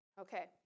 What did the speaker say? Okay